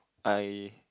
I